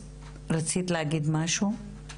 יעל, רצית להגיד משהו?